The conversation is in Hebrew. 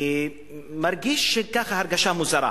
מרגיש הרגשה מוזרה,